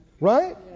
Right